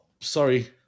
sorry